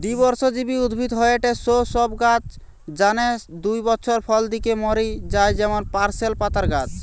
দ্বিবর্ষজীবী উদ্ভিদ হয়ঠে সৌ সব গাছ যানে দুই বছর ফল দিকি মরি যায় যেমন পার্সলে পাতার গাছ